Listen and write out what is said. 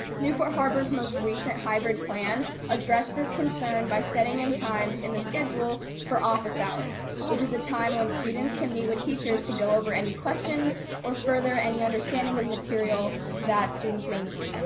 newport harbor's most recent hybrid plan address this concern by setting in times in the schedule for office hours, which is a time when students can meet with teachers to go over any questions or further any understanding of material that students may need.